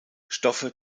stoffe